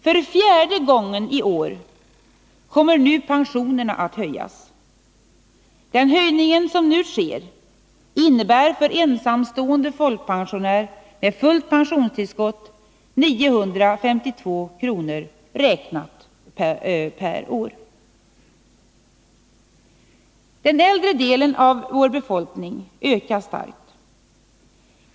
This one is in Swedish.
För fjärde gången i år kommer nu pensionerna att höjas. Den höjning som nu sker innebär för ensamstående folkpensionär med fullt pensionstillskott 952 kr., räknat per år. Den äldre delen av vår befolkning ökar starkt.